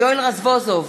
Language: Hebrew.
יואל רזבוזוב,